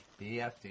BFD